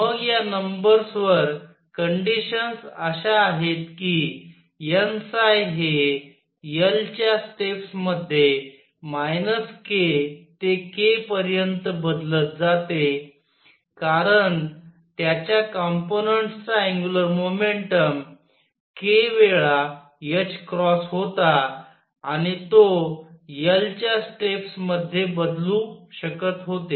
मग या नंबर्स वर कंडिशन्स अश्या आहेत कि n हे 1 च्या स्टेप्स मध्ये k ते k पर्यंत बदलत जाते कारण त्याच्या काम्पोनन्ट्स चा अँग्युलर मोमेंटम k वेळा होता आणि तो 1 च्या स्टेप्स मध्ये बदलू शकत होते